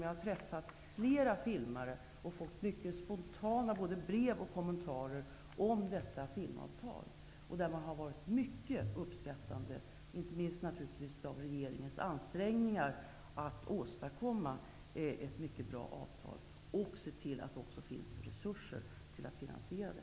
Jag har träffat flera filmare och fått spontana kommentarer, och även brev, om detta filmavtal. De har varit mycket uppskattande, inte minst när det gäller regeringens ansträngningar att åstadkomma ett mycket bra avtal och se till att det finns resurser för att finansiera det.